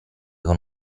con